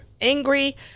angry